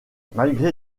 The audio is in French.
malgré